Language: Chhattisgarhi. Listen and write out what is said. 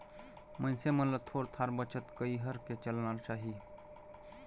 मइनसे मन ल थोर थार बचत कइर के चलना चाही